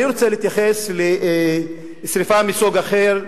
אני רוצה להתייחס לשרפה מסוג אחר,